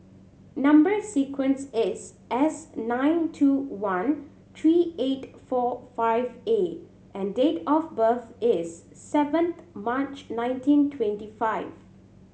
number sequence is S nine two one three eight four five A and date of birth is seven March nineteen twenty five